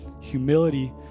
Humility